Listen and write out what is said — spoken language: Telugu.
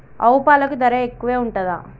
ఆవు పాలకి ధర ఎక్కువే ఉంటదా?